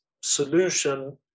solution